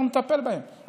אנחנו נטפל בהם,